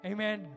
Amen